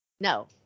No